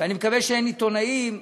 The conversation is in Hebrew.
אני מקווה שאין עיתונאים,